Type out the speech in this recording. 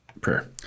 prayer